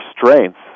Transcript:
strengths